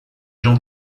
jean